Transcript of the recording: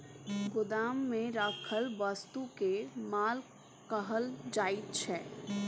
गोदाममे राखल वस्तुकेँ माल कहल जाइत छै